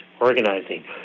organizing